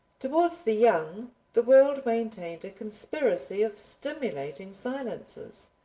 towards the young the world maintained a conspiracy of stimulating silences.